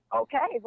okay